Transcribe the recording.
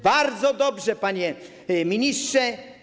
Bardzo dobrze, panie ministrze.